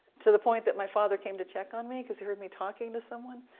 to the point that my father came to check on me, because he heard me talking to someone.